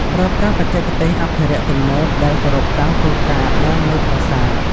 ប្រើប្រាស់បច្ចេកទេសអភិរក្សទំនើបដែលគោរពតាមគោលការណ៍ដើមនៃប្រាសាទ។